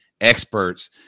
experts